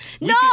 no